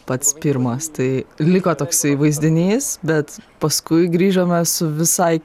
pats pirmas tai liko toksai vaizdinys bet paskui grįžome su visai